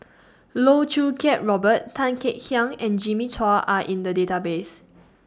Loh Choo Kiat Robert Tan Kek Hiang and Jimmy Chua Are in The Database